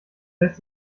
lässt